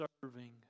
serving